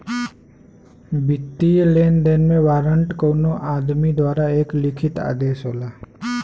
वित्तीय लेनदेन में वारंट कउनो आदमी द्वारा एक लिखित आदेश होला